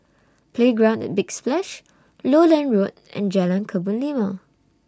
Playground At Big Splash Lowland Road and Jalan Kebun Limau